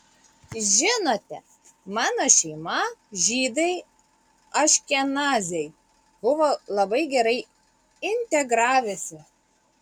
žinote mano šeima žydai aškenaziai buvo labai gerai integravęsi